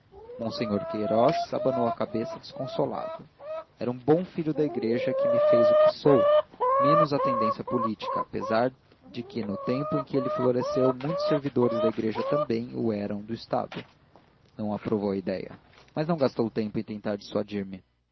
monsenhor queirós abanou a cabeça desconsolado era um bom filho da igreja que me faz o que sou menos a tendência política apesar de que no tempo em que ele floresceu muitos servidores da igreja também o eram do estado não aprovou a idéia mas não gastou tempo em tentar dissuadir me